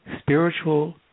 spiritual